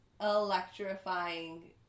electrifying